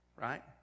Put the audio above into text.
right